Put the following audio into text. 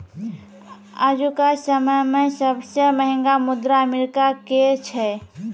आजुका समय मे सबसे महंगा मुद्रा अमेरिका के छै